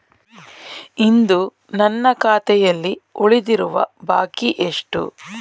ಇಂದು ನನ್ನ ಖಾತೆಯಲ್ಲಿ ಉಳಿದಿರುವ ಬಾಕಿ ಎಷ್ಟು?